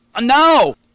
No